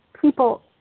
people